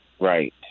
right